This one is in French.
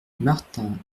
martin